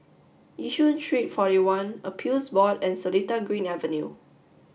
Yishun Street forty one Appeals Board and Seletar Green Avenue